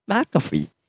McAfee